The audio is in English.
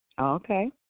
Okay